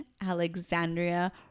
alexandria